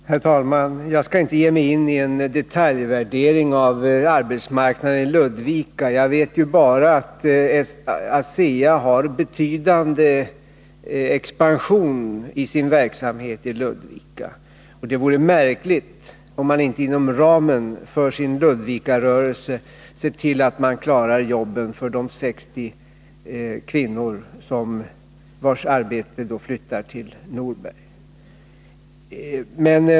Herr talman! Jag skall inte ge mig in i en detaljvärdering av arbetsmarknaden i Ludvika. Jag vet att ASEA:s verksamhet i Ludvika kraftigt expanderar, och det vore märkligt om man inte inom ramen för sin Ludvikarörelse kan klara jobben för de 60 kvinnor vilkas arbeten flyttas till Norberg.